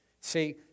See